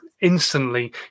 instantly